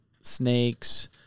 snakes